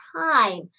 time